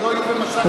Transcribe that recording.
שלא יהיו במצב,